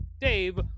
Dave